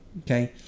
Okay